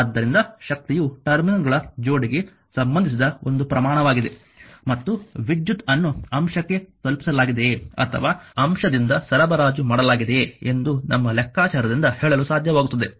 ಆದ್ದರಿಂದ ಶಕ್ತಿಯು ಟರ್ಮಿನಲ್ಗಳ ಜೋಡಿಗೆ ಸಂಬಂಧಿಸಿದ ಒಂದು ಪ್ರಮಾಣವಾಗಿದೆ ಮತ್ತು ವಿದ್ಯುತ್ ಅನ್ನು ಅಂಶಕ್ಕೆ ತಲುಪಿಸಲಾಗಿದೆಯೇ ಅಥವಾ ಅಂಶದಿಂದ ಸರಬರಾಜು ಮಾಡಲಾಗಿದೆಯೆ ಎಂದು ನಮ್ಮ ಲೆಕ್ಕಾಚಾರದಿಂದ ಹೇಳಲು ಸಾಧ್ಯವಾಗುತ್ತದೆ